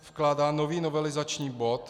Vkládá nový novelizační bod.